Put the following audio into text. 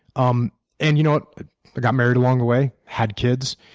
um and you know but got married along the way, had kids,